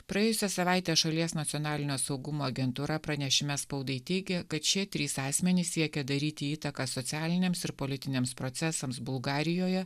praėjusią savaitę šalies nacionalinio saugumo agentūra pranešime spaudai teigė kad šie trys asmenys siekė daryti įtaką socialiniams ir politiniams procesams bulgarijoje